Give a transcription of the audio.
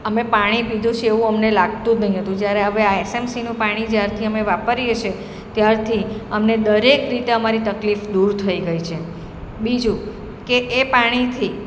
અમે પાણી પીધું છે એવું અમને લાગતું જ નહીં હતું જ્યારે હવે આ એસએમસીનું પાણી જ્યારથી અમે વાપરીએ છે ત્યારથી અમને દરેક રીતે અમારી તકલીફ દૂર થઈ ગઈ છે બીજું કે એ પાણીથી